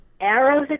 arrows